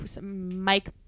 mike